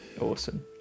awesome